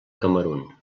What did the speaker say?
camerun